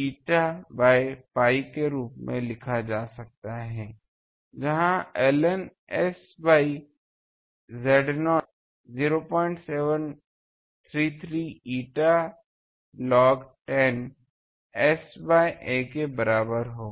eta by pi के रूप में लिखा जा सकता हैजहाँ ln S by Z0 0733 eta log 10 S by a के बराबर हो